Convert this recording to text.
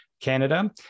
Canada